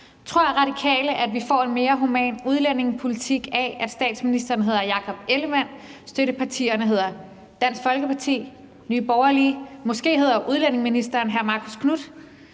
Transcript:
Tror man, at vi får en mere human udlændingepolitik af, at statsministeren hedder Jakob Ellemann-Jensen, at støttepartierne hedder Dansk Folkeparti, Nye Borgerlige, og at udlændingeministeren måske hedder